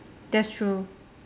that's true